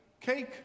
cake